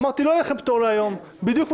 אבל אני אמרתי שלא יהיה להם פטור להיום,